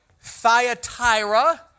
Thyatira